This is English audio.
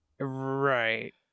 Right